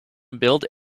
build